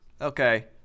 Okay